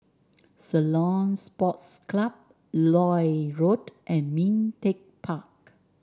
Ceylon Sports Club Lloyd Road and Ming Teck Park